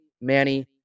Manny